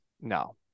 no